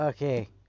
Okay